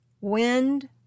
wind